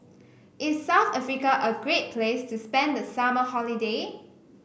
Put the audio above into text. is South Africa a great place to spend the summer holiday